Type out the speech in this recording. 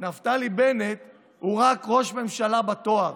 נפתלי בנט הוא רק ראש ממשלה בתואר.